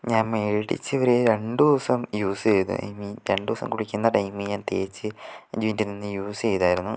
ഞാൻ മേടിച്ച് ഒരു രണ്ടു ദിവസം യൂസ് ചെയ്തു ഐ മീൻ രണ്ടു ദിവസം കുളിക്കുന്ന ടൈമിൽ ഞാൻ തേച്ച് അഞ്ച് മിനിറ്റ് നിന്ന് യൂസ് ചെയ്തിരുന്നു